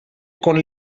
con